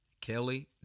Kelly